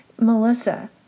Melissa